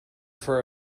for